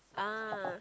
ah